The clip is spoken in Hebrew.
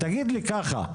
תגיד לי כך,